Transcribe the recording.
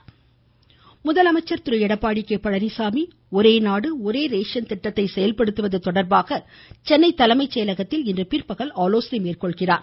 முதலமைச்சர் ஆலோசனை முதலமைச்சர் திரு எடப்பாடி கே பழனிச்சாமி ஒரேநாடு ஒரேரேஷன் திட்டத்தை செயல்படுத்துவது தொடர்பாக சென்னை தலைமைச் செயலகத்தில் இன்று பிற்பகல் ஆலோசனை மேற்கொள்கிறார்